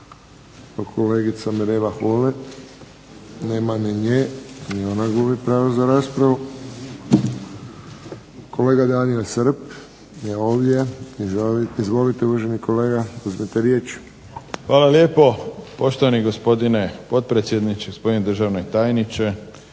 Hvala lijepo. Poštovani gospodine potpredsjedniče, gospodine državni tajniče,